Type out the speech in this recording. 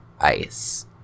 ice